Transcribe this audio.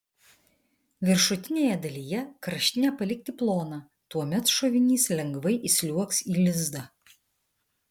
viršutinėje dalyje kraštinę palikti ploną tuomet šovinys lengvai įsliuogs į lizdą